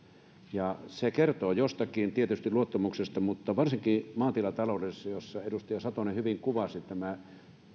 se kertoo jostakin tietysti luottamuksesta mutta varsinkin maatilataloudessa jossa edustaja satonen hyvin kuvasi tämän